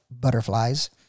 butterflies